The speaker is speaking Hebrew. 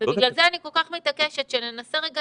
בגלל זה אני כל כך מבקשת שננסה רגע